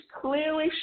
clearly